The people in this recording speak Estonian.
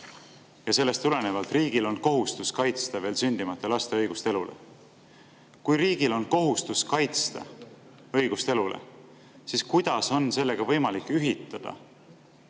ja sellest tulenevalt riigil on kohustus kaitsta veel sündimata laste õigust elule. Kui riigil on kohustus kaitsta õigust elule, siis kuidas on sellega võimalik ühitada